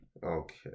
Okay